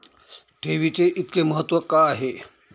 ठेवीचे इतके महत्व का आहे?